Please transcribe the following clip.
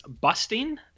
Busting